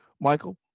Michael